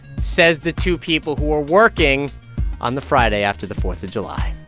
says the two people who are working on the friday after the fourth of july.